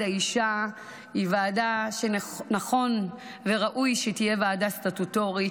האישה היא ועדה שנכון וראוי שתהיה ועדה סטטוטורית.